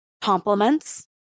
compliments